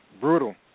brutal